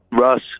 Russ